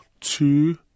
two